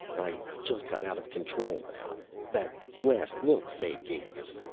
i just got out of control now that last look fay gave us.